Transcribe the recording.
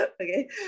Okay